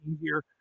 easier